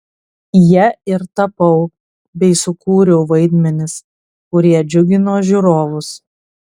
ja ir tapau bei sukūriau vaidmenis kurie džiugino žiūrovus